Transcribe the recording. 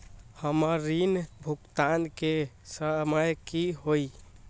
हमर ऋण भुगतान के समय कि होई?